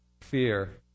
fear